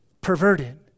perverted